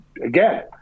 again